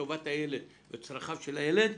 טובת הילד ומהם צרכיו של הילד,